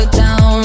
down